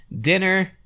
dinner